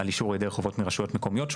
על אישור היעדר חובות מרשויות מקומיות.